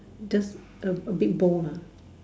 just a A bit bold lah